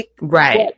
Right